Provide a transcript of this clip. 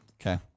Okay